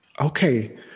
Okay